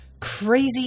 Crazy